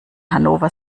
hannover